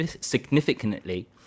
significantly